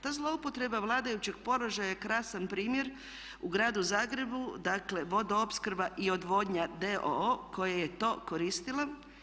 Ta zlouporaba vladajućeg položaja je krasan primjer u Gradu Zagrebu dakle Vodoopskrba i odvodnja d.o.o. koja je to koristila.